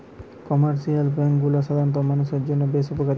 commercial bank গুলা সাধারণ মানুষের জন্য বেশ উপকারী